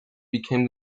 become